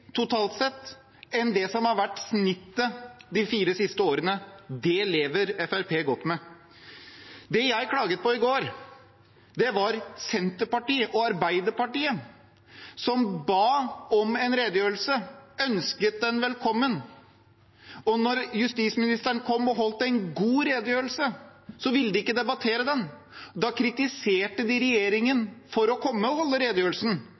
totalt sett enn det som har vært snittet de fire siste årene. Det lever Fremskrittspartiet godt med. Det jeg klaget på i går, var Senterpartiet og Arbeiderpartiet, som ba om en redegjørelse, og som ønsket den velkommen. Men da utenriksministeren kom og holdt en god redegjørelse, ville de ikke debattere den. Da kritiserte de regjeringen for å komme og holde redegjørelsen.